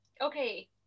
okay